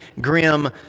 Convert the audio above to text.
grim